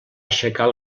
aixecar